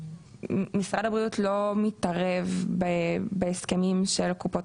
משרד הבריאות לא מתערב בהסכמים של קופות